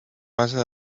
passa